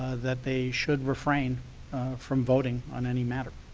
ah that they should refrain from voting on any matter.